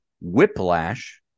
Whiplash